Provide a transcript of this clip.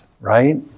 right